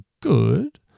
good